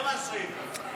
לא מאשרים, לא מאשרים.